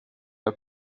der